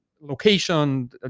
location